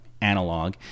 analog